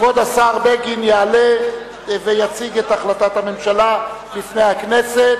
כבוד השר בגין יעלה ויציג את החלטת הממשלה לפני הכנסת.